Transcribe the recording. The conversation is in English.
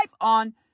on